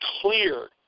clear